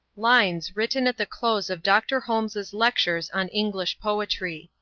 lines written at the close of dr. holmes's lectures on english poetry.